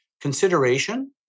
consideration